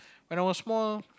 when I was small